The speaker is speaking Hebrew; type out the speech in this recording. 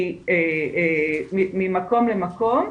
ממקום למקום.